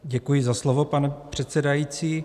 Děkuji za slovo, pane předsedající.